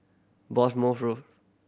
Bournemouth Road